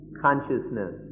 consciousness